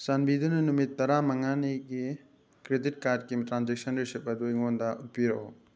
ꯆꯥꯟꯕꯤꯗꯨꯅ ꯅꯨꯃꯤꯠ ꯇꯔꯥꯃꯉꯥꯅꯤꯒꯤ ꯀ꯭ꯔꯦꯗꯤꯠ ꯀꯥꯔꯠꯀꯤ ꯇ꯭ꯔꯥꯟꯖꯦꯛꯁꯟ ꯔꯤꯁꯤꯞ ꯑꯗꯨ ꯑꯩꯉꯣꯟꯗ ꯎꯠꯄꯤꯔꯛꯎ